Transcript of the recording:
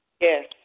Yes